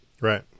right